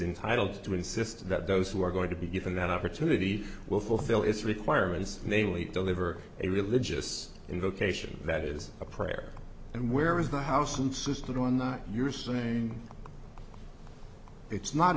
entitle to insist that those who are going to be given an opportunity will fulfill its requirements namely deliver a religious invocation that is a prayer and where was the house insisted on not you're saying it's not